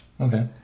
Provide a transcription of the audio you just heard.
Okay